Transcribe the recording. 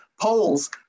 polls